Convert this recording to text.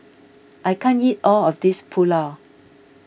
I can't eat all of this Pulao